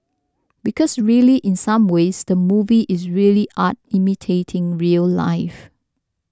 because really in some ways the movie is really art imitating real life